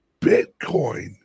Bitcoin